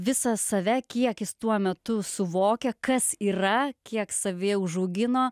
visą save kiek jis tuo metu suvokia kas yra kiek savyje užaugino